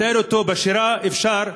לתאר אותו בשירה אפשר,